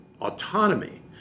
autonomy